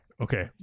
okay